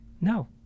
no